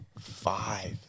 Five